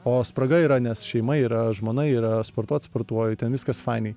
o spraga yra nes šeima yra žmona yra sportuot sportuoju ten viskas fainai